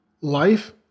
Life